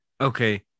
Okay